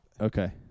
Okay